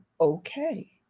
okay